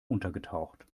untergetaucht